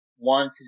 One